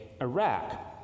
Iraq